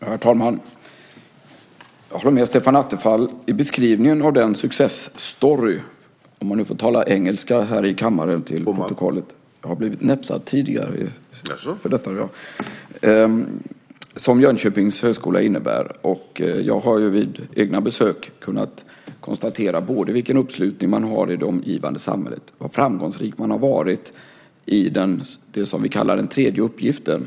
Herr talman! Jag håller med Stefan Attefall i beskrivning av den success story som Jönköpings högskola innebär , om man nu får tala engelska i kammaren och till protokollet. Jag har blivit näpsad tidigare för detta. Jag har vid egna besök kunnat konstatera både vilken uppslutning man har i det omgivande samhället och hur framgångsrik man har varit i det som vi kallar den tredje uppgiften.